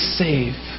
save